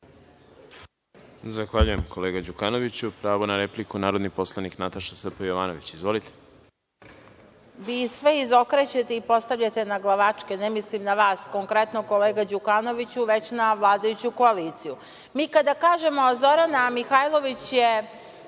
Zahvaljujem, kolega Đukanoviću. Pravo na repliku, narodni poslanik Nataša Sp. Jovanović. Izvolite. **Nataša Jovanović** Vi sve izokrećete i postavljate naglavačke. Ne mislim na vas konkretno, kolega Đukanoviću, već na vladajuću koaliciju. Mi kada kažemo Zorana Mihajlović je